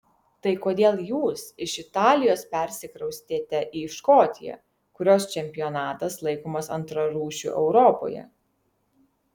tai kodėl jūs iš italijos persikraustėte į škotiją kurios čempionatas laikomas antrarūšiu europoje